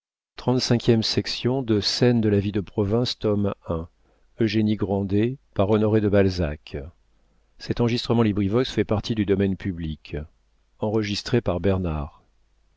de scène de la vie de province tome i author honoré de balzac